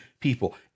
people